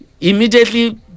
immediately